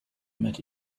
met